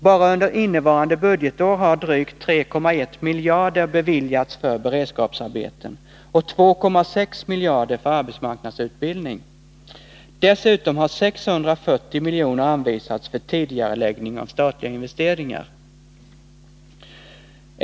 Bara under innevarande budgetår har drygt 3,1 miljarder kronor beviljats för beredskapsarbeten och 2,6 miljarder kronor för arbetsmarknadsutbildning. Dessutom har 640 milj.kr. anvisats för tidigareläggning av statliga investeringar.